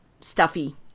stuffy